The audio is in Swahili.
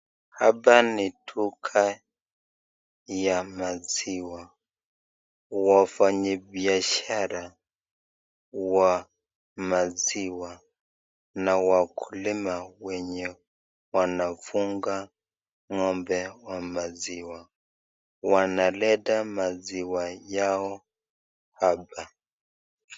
Hapa ni duka ya maziwa, wafanyibishara wa maziwa na wakulima wenye wanafunga ngo'mbe wa maziwa wanaleta maziwa yao hapa.